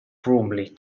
bromley